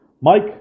Mike